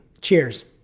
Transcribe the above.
Cheers